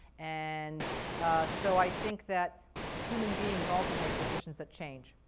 and so i think that human beings also make decisions that change.